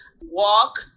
walk